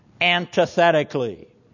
antithetically